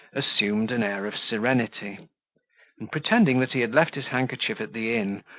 assumed an air of serenity and pretending that he had left his handkerchief at the inn,